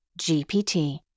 GPT